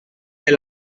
est